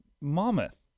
Mammoth